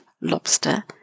lobster